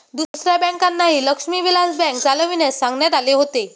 दुसऱ्या बँकांनाही लक्ष्मी विलास बँक चालविण्यास सांगण्यात आले होते